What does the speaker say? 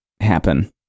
happen